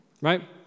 right